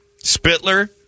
spitler